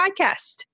Podcast